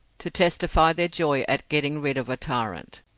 to testify their joy at getting rid of a tyrant.